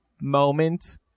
moment